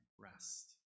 rest